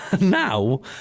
Now